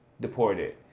Deported